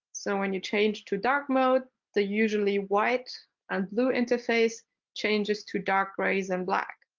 so when you change to dark mode, the usually white and blue interface changes to dark grays and black,